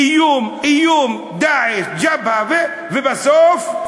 איום, איום, "דאעש", "ג'בהת", ובסוף?